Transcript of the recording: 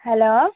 hello